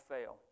fail